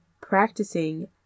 practicing